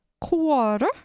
quarter